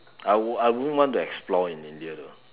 I won't I won't want to explore in India though